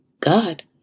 God